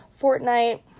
Fortnite